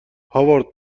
هاورد